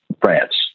France